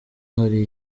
hari